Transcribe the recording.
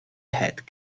had